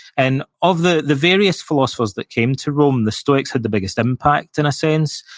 and of the the various philosophers that came to rome, the stoics had the biggest impact, in a sense,